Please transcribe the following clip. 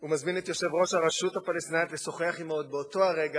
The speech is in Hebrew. ומזמין את יושב-ראש הרשות הפלסטינית לשוחח עמו עוד באותו הרגע,